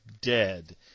dead